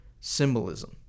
symbolism